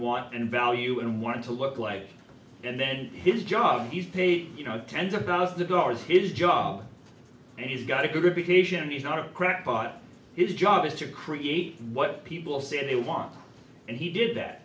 want and value and want to look like and then his job he's paid you know tens of dollars the guards his job and he's got a good reputation he's not a crackpot his job is to create what people say they want and he did that